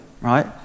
right